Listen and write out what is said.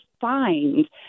find